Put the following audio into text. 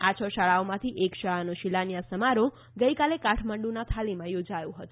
આ છ શાળાઓમાંથી એક શાળાનો શિલાન્યાસ સમારોહ ગઈકાલે કાઠમાડુંનાં થાલીમાં યોજાયો હતો